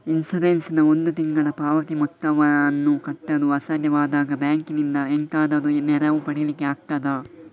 Insurance ನ ಒಂದು ತಿಂಗಳ ಪಾವತಿ ಮೊತ್ತವನ್ನು ಕಟ್ಟಲು ಅಸಾಧ್ಯವಾದಾಗ ಬ್ಯಾಂಕಿನಿಂದ ಎಂತಾದರೂ ನೆರವು ಪಡಿಲಿಕ್ಕೆ ಆಗ್ತದಾ?